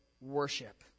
worship